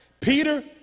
Peter